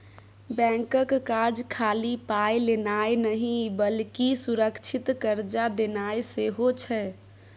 बैंकक काज खाली पाय लेनाय नहि बल्कि सुरक्षित कर्जा देनाय सेहो छै